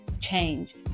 change